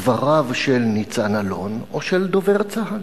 דבריו של ניצן אלון או דבריו של דובר צה"ל?